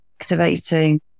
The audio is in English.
activating